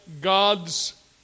God's